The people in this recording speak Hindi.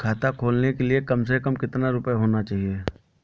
खाता खोलने के लिए कम से कम कितना रूपए होने चाहिए?